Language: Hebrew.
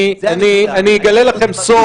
ויש עוד